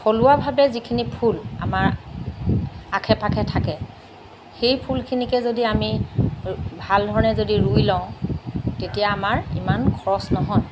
থলুৱাভাৱে যিখিনি ফুল আমাৰ আশে পাশে থাকে সেই ফুলখিনিকে যদি আমি ভাল ধৰণে যদি ৰুই লওঁ তেতিয়া আমাৰ ইমান খৰচ নহয়